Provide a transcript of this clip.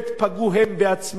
פגעו בעצמם,